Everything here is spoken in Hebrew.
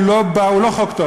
הוא לא חוק טוב,